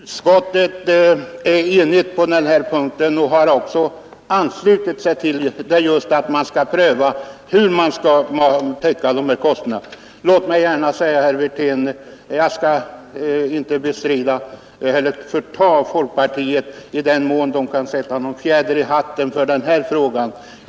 Herr talman! Utskottet är enigt på denna punkt och har också anslutit sig till den uppfattningen att man skall pröva hur man skall täcka dessa kostnader. Låt mig gärna säga, herr Wirtén, att jag inte vill förmena folkpartiet att sätta en fjäder i hatten för den här frågan i den mån man kan göra det.